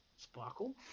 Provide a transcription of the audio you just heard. Sparkle